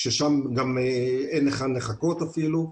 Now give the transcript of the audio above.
ששם גם אין היכן לחכות אפילו.